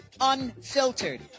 unfiltered